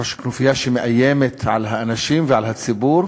ראש כנופיה שמאיימת על האנשים ועל הציבור.